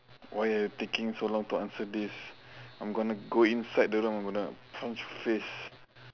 why you taking so long to answer this I'm gonna go inside the room I'm gonna punch your face